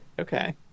okay